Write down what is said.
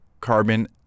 carbon